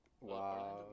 Wow